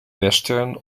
western